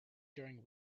during